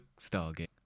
Stargate